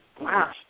Wow